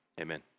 amen